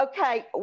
Okay